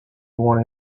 won